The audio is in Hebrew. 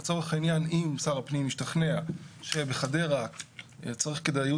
לצורך העניין אם משרד הפנים משתכנע שבחדרה לצורך כדאיות